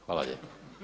Hvala lijepa.